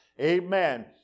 Amen